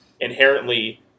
inherently